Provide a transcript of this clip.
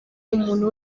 umuntu